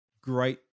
great